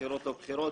בחירות-לא בחירות,